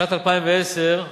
בשנת 2010, ג'מאל,